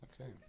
Okay